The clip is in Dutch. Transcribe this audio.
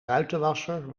ruitenwasser